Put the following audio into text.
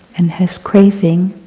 and has craving,